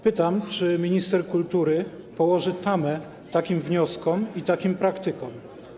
Pytam: Czy minister kultury położy tamę takim wnioskom i takim praktykom?